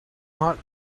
not